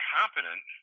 competent –